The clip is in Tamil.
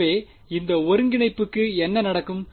எனவே இந்த ஒருங்கிணைப்புக்கு என்ன நடக்கும்